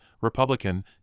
Republican